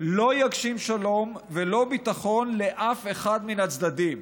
לא יגשים שלום ולא ביטחון לאף אחד מן הצדדים,